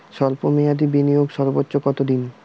স্বল্প মেয়াদি বিনিয়োগ সর্বোচ্চ কত দিন?